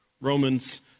Romans